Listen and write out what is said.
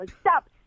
Stop